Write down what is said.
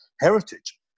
heritage